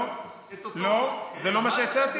לא, לא, זה לא מה שהצעתי.